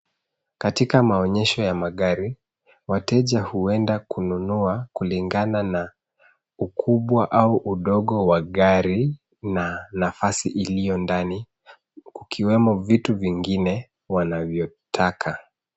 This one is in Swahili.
Katika maonyesho ya magari, wateja huenda kununua kulingana na ukubwa au udogo wa gari na nafasi iliyo ndani, kukiwemo vitu vingine wanavyotaka.